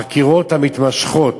החקירות המתמשכות,